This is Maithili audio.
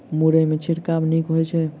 मुरई मे छिड़काव नीक होइ छै?